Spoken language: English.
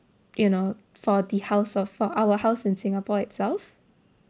you know for the house uh for our house in singapore itself